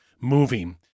moving